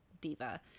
diva